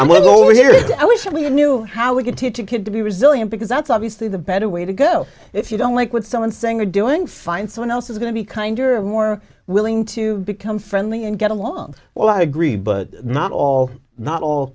went over here and we said we knew how we could teach a kid to be resilient because that's obviously the better way to go if you don't like what someone saying or doing find someone else is going to be kinder and more willing to become friendly and get along well i agree but not all not all